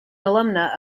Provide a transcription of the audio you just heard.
alumna